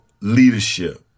leadership